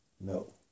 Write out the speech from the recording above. No